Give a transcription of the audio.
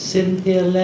Cynthia